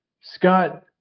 Scott